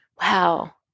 Wow